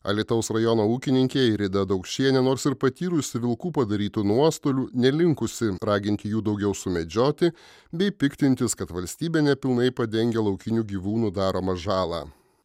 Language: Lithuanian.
alytaus rajono ūkininkė irida daukšienė nors ir patyrusi vilkų padarytų nuostolių nelinkusi raginti jų daugiau sumedžioti bei piktintis kad valstybė ne pilnai padengia laukinių gyvūnų daromą žalą